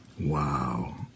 wow